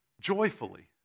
Joyfully